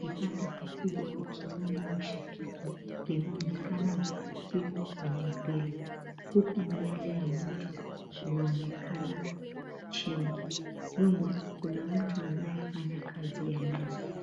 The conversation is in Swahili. vipande vikubwa ikiwemo mishakiki vinaoneka vikipikwa kwenye hoteli, huku miale ya moto inaonekana chini. Nyuma kuna mtu anayefanya kazi ya meza.